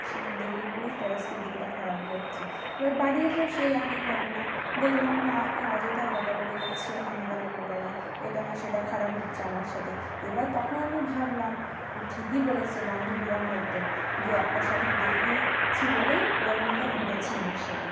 এক শালিক দেখলি বলেই তোর আজকে দিনটা খারাপ যাচ্ছে এবার বাড়ি এসেও সেই একই ঘটনা দেখলাম মা অযথায় বকা বকি করছে হেন তেন প্রকারে এটা না সেটা খারাপ হচ্ছে আমার সাথে এবার তখন আমি ভাবলাম ঠিকই বলেছে বান্ধবীরা হয়তো যে একটা শালিক দেখেছি বলেই এরকমটা ঘটেছে আমার সাথে